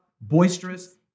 boisterous